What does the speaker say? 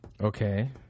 Okay